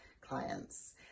clients